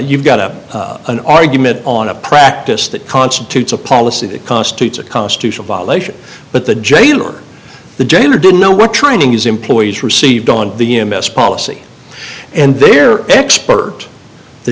you've got a an argument on a practice that constitutes a policy that constitutes a constitutional violation but the jail or the gender didn't know what trying to use employees received on the m s policy and their expert the